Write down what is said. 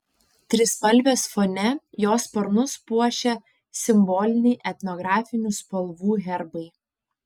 trispalvės fone jo sparnus puošia simboliniai etnografinių spalvų herbai